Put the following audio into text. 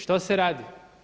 Što se radi?